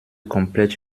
komplett